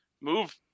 Move